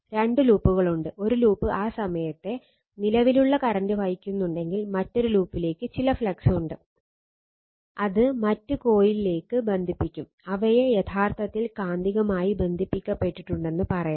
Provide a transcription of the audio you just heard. രണ്ട് ലൂപ്പുകൾ ഉണ്ട് ഒരു ലൂപ്പ് ആ സമയത്തെ നിലവിലുള്ള കറന്റ് വഹിക്കുന്നുണ്ടെങ്കിൽ മറ്റൊരു ലൂപ്പിലേക്ക് ചില ഫ്ലക്സ് ഉണ്ട് അത് മറ്റ് കോയിലിലേക്ക് ബന്ധിപ്പിക്കും അവയെ യഥാർത്ഥത്തിൽ കാന്തികമായി ബന്ധിപ്പിക്കപ്പെട്ടിട്ടുണ്ടെന്ന് പറയാം